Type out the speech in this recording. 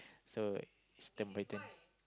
so it's now my turn